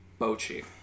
Bochi